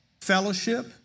fellowship